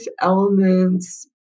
elements